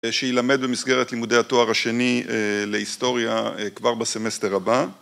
‫שיילמד במסגרת לימודי התואר השני ‫להיסטוריה כבר בסמסטר הבא.